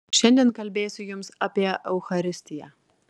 šiandien kalbėsiu jums apie eucharistiją